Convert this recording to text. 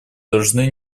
должны